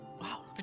Wow